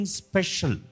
special